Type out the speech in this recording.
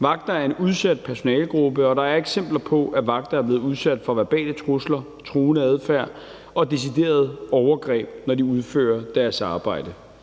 Vagter er en udsat personalegruppe, og der er eksempler på, at vagter er blevet udsat for verbale trusler, truende adfærd og deciderede overgreb, når de har udført deres arbejde.